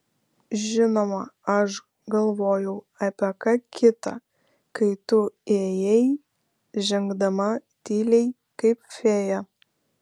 žinoma aš galvojau apie ką kita kai tu įėjai žengdama tyliai kaip fėja